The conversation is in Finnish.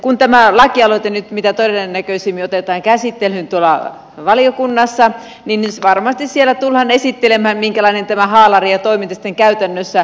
kun tämä lakialoite nyt mitä todennäköisimmin otetaan käsittelyyn tuolla valiokunnassa niin varmasti siellä tullaan esittelemään minkälainen tämä haalari ja toiminta sitten käytännössä on